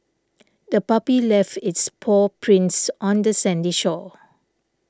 the puppy left its paw prints on the sandy shore